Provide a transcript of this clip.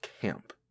camp